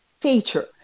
feature